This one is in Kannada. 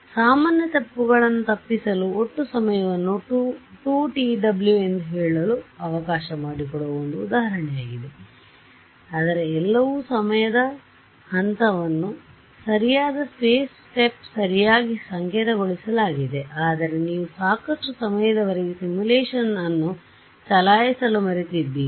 ಆದ್ದರಿಂದ ಸಾಮಾನ್ಯ ತಪ್ಪುಗಳನ್ನು ತಪ್ಪಿಸಲು ಒಟ್ಟು ಸಮಯವನ್ನು 2twಎಂದು ಹೇಳಲು ಅವಕಾಶ ಮಾಡಿಕೊಡುವ ಒಂದು ಉದಾಹರಣೆಯಾಗಿದೆ ಅದರ ಎಲ್ಲವೂ ಸಮಯದ ಹಂತವನ್ನು ಸರಿಯಾದ ಸ್ಪೇಸ್ ಸ್ಟೆಪ್ ಸರಿಯಾಗಿ ಸಂಕೇತಗೊಳಿಸಲಾಗಿದೆ ಆದರೆ ನೀವು ಸಾಕಷ್ಟು ಸಮಯದವರೆಗೆ ಸಿಮ್ಯುಲೇಶನ್ ಅನ್ನು ಚಲಾಯಿಸಲು ಮರೆತಿದ್ದೀರಿ